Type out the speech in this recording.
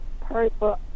purple